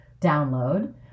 download